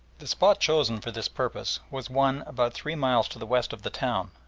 the spot chosen for this purpose was one about three miles to the west of the town,